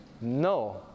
No